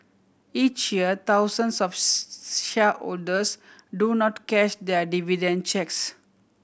each year thousands of shareholders do not cash their dividend cheques